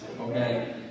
okay